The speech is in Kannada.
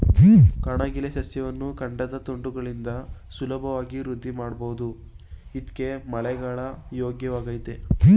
ಕಣಗಿಲೆ ಸಸ್ಯವನ್ನು ಕಾಂಡದ ತುಂಡುಗಳಿಂದ ಸುಲಭವಾಗಿ ವೃದ್ಧಿಮಾಡ್ಬೋದು ಇದ್ಕೇ ಮಳೆಗಾಲ ಯೋಗ್ಯವಾಗಯ್ತೆ